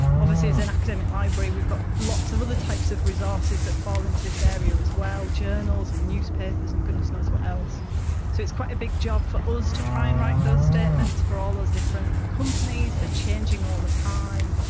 obviously, as an academic library we've got lots of other types of resources that fall into this area as well journals and newspapers and goodness what else so it's quite a big job for us to try and write those statements for all those different companies, they're changing all the time.